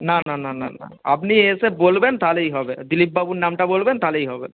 না না না না না আপনি এসে বলবেন তাহলেই হবে দিলীপবাবুর নামটা বলবেন তাহলেই হবে